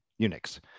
Unix